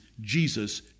Jesus